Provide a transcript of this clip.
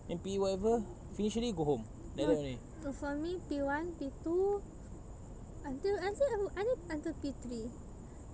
M_P whatever finish already go home like that only